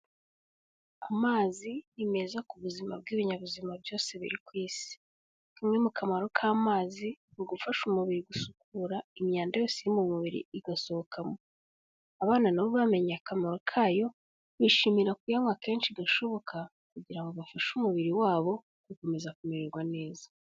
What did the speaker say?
Amazi ni meza ku buzima bw'ibinyabuzima byose biri ku isi. Kamwe mu kamaro k'amazi ni ugufasha umubiri gusukura imyanda yose iri mu mubiri igasohokamo. Abana nabo bamenye akamaro kayo bishimira kuyanywa kenshi gashoboka kugira ngo bafashe umubiri wabo gukomeza kumererwa neza.